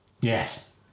Yes